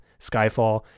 skyfall